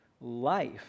life